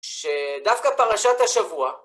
שדווקא פרשת השבוע